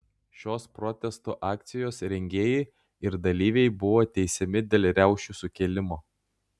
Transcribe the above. šios protesto akcijos rengėjai ir dalyviai buvo teisiami dėl riaušių sukėlimo